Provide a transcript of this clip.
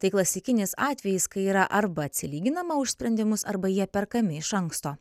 tai klasikinis atvejis kai yra arba atsilyginama už sprendimus arba jie perkami iš anksto